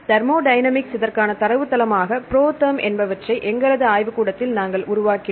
thermodynamics இதற்கான தரவுத்தளம் ஆக புரோதெர்ம் என்பவற்றை எங்களது ஆய்வுக்கூடத்தில் நாங்கள் உருவாக்கினோம்